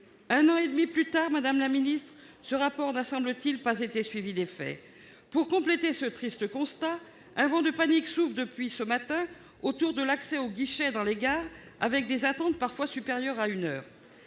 Un an et demi plus tard, ce rapport ne semble pas avoir été suivi d'effets ! Pour compléter ce triste constat, un vent de panique souffle depuis ce matin autour de l'accès aux guichets dans les gares, avec des attentes parfois supérieures à une heure.